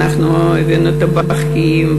אנחנו הבאנו טבחים,